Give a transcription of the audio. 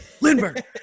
Lindbergh